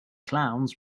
clowns